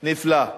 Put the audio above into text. נפלא.